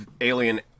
alien